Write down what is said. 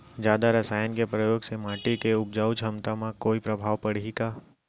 जादा रसायन के प्रयोग से माटी के उपजाऊ क्षमता म कोई प्रभाव पड़ही का?